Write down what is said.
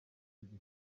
ibihe